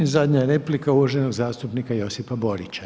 I zadnja replika je uvaženog zastupnika Josipa Borića.